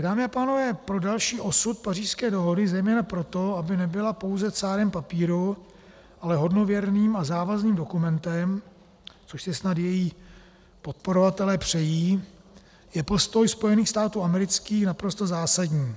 Dámy a pánové, pro další osud Pařížské dohody, zejména pro to, aby nebyla pouze cárem papíru, ale hodnověrným a závazným dokumentem, což si snad její podporovatelé přejí, je postoj Spojených států amerických naprosto zásadní.